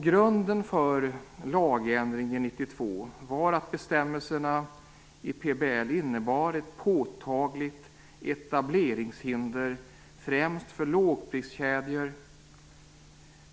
Grunden för lagändringen 1992 var att bestämmelserna i PBL innebar ett påtagligt etableringshinder, främst för lågpriskedjor.